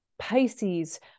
Pisces